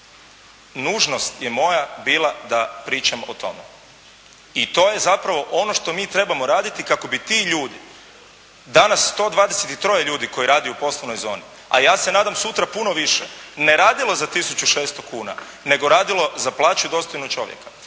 Nužnost je moja bila da pričam o tome i to je zapravo ono što mi trebamo raditi kako bi ti ljudi danas 123 ljudi koji rade u poslovnoj zoni, a ja se nadam sutra puno više, ne radilo za 1.600,00 kuna nego radilo za plaću dostojnu čovjeka.